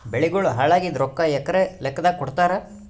ಬೆಳಿಗೋಳ ಹಾಳಾಗಿದ ರೊಕ್ಕಾ ಎಕರ ಲೆಕ್ಕಾದಾಗ ಕೊಡುತ್ತಾರ?